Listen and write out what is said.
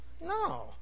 No